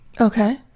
Okay